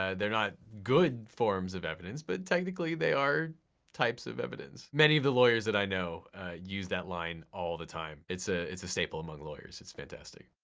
ah they're not good forms of evidence, but technically they are types of evidence. many of the lawyers that i know use that line all the time, it's ah it's a staple among lawyers, it's fantastic.